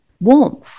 warmth